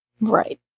Right